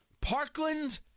Parkland